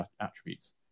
attributes